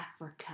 Africa